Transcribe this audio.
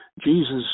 Jesus